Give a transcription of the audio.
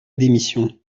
démission